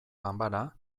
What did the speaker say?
ganbara